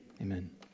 Amen